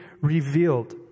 revealed